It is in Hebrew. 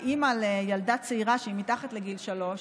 כאימא לילדה צעירה שהיא מתחת לגיל שלוש